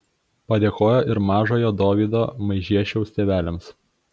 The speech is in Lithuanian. padėkojo ir mažojo dovydo maižiešiaus tėveliams